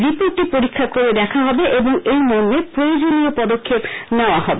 রিপোর্টটি পরীক্ষা করে দেখা হবে এবং এই মর্মে প্রয়োজনীয় পদক্ষেপ নেওয়া হবে